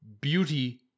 beauty